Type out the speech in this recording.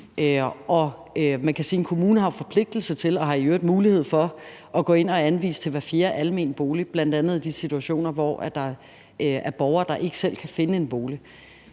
har mulighed for at gå ind og anvise til hver fjerde almene bolig, bl.a. i de situationer, hvor der er borgere, der ikke selv kan finde en bolig.